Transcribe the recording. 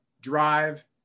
drive